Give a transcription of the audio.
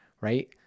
right